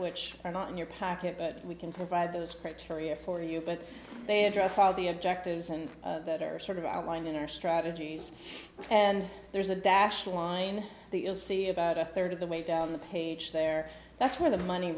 which are not in your package but we can provide those criteria for you but they address all the objectives and that are sort of outlined in our strategies and there's a dash line the ill see about a third of the way down the page there that's where the money